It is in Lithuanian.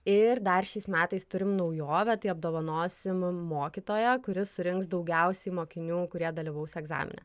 ir dar šiais metais turim naujovę tai apdovanosim mokytoją kuris surinks daugiausiai mokinių kurie dalyvaus egzamine